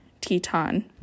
Teton